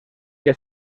que